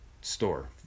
store